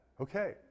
Okay